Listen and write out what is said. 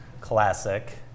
classic